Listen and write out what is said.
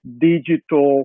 digital